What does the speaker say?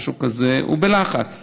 הוא בלחץ,